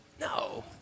No